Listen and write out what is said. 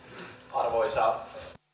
arvoisa rouva puhemies